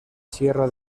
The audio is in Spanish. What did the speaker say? sierra